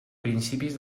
principis